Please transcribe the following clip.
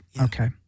Okay